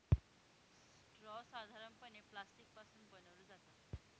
straw साधारणपणे plastic पासून बनवले जातात